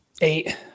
Eight